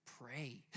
pray